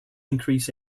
increase